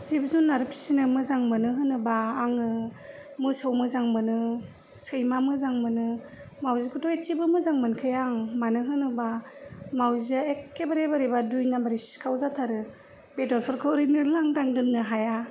जिब जुनार फिनो मोजां मोनो होनोबा आङो मोसौ मोजां मोनो सैमा मोजां मोनो मावजिखौथ' एसेबो मोजां मोनखाया आं मानो होनोबा मावजिया एखेबारे बोरैबा दुइ नामबारि सिखाव जाथारो बेदरफोरखौ ओरैनो लांदां दोननो हाया